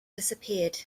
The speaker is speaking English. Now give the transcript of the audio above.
disappeared